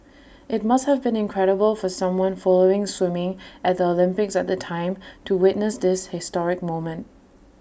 IT must have been incredible for someone following swimming at the Olympics at the time to witness this historic moment